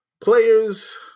players –